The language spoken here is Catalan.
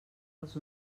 els